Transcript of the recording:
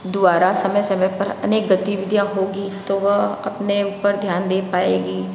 द्वारा समय समय पर अनेक गतिविधियाँ होगी तो वह अपने ऊपर ध्यान दे पाएगी